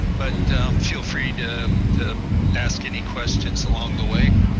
but feel free to to ask any questions along the way.